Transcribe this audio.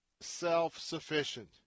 self-sufficient